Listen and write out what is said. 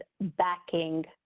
backing